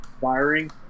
firing